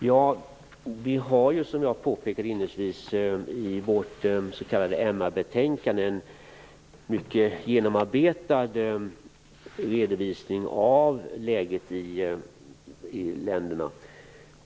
Herr talman! Som jag påpekade inledningsvis har vi i vårt s.k. MR-betänkande en mycket genomarbetad redovisning av läget i länderna.